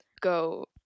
go